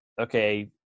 okay